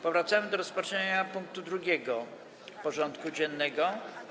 Powracamy do rozpatrzenia punktu 2. porządku dziennego: